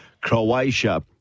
Croatia